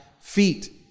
feet